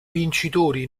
vincitori